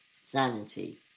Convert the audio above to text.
sanity